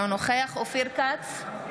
אינו נוכח אופיר כץ,